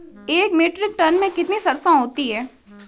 एक metric ton में कितनी सरसों होती है?